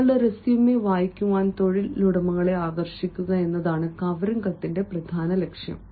നിങ്ങളുടെ റെസ്യുമെ വായിക്കാൻ തൊഴിലുടമകളെ ആകർഷിക്കുക എന്നതാണ് കവറിംഗ് കത്തിന്റെ പ്രധാന ലക്ഷ്യം